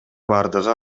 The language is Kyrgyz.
бардыгы